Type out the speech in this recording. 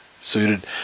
suited